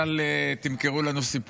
אז אל תמכרו לנו סיפורים.